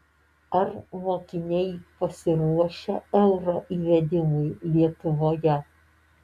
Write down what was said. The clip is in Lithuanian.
ar mokiniai pasiruošę euro įvedimui lietuvoje